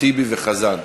טיבי וחזן.